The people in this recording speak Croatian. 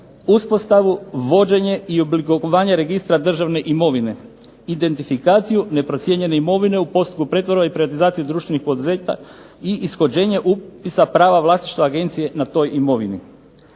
uspostavu, vođenje i oblikovanje registra državne imovine, identifikaciju neprocijenjene imovine u postupku pretvorbe i privatizacije društvenih poduzeća i ishođenje upisa prava vlasništva agencije na toj imovini.